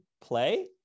play